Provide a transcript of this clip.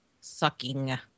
sucking